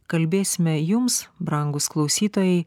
kalbėsime jums brangūs klausytojai